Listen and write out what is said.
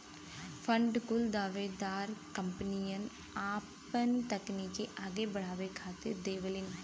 fund कुल दावेदार कंपनियन आपन तकनीक आगे अड़ावे खातिर देवलीन